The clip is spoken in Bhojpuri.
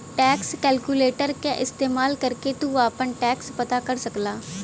टैक्स कैलकुलेटर क इस्तेमाल करके तू आपन टैक्स पता कर सकला